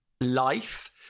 life